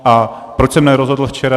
A proč jsem nerozhodl včera?